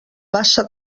passa